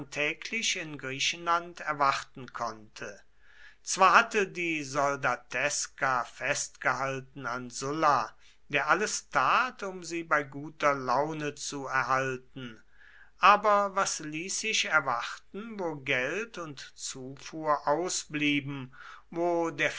täglich in griechenland erwarten konnte zwar hatte die soldateska festgehalten an sulla der alles tat um sie bei guter laune zu erhalten aber was ließ sich erwarten wo geld und zufuhr ausblieben wo der